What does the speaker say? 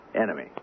enemy